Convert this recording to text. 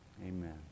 amen